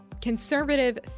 conservative